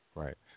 right